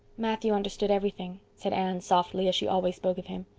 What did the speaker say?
matthew understood everything, said anne softly, as she always spoke of him.